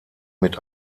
mit